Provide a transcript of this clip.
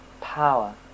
power